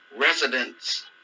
residents